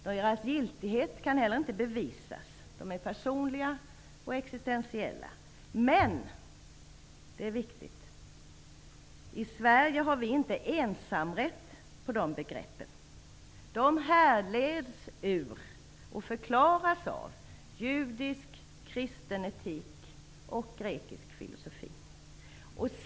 Deras giltighet kan heller inte bevisas. De är personliga och existentiella. Men, och det är viktigt, i Sverige har vi inte ensamrätt på de begreppen. De härleds ur och förklaras av judisk kristen etik och grekisk filosofi.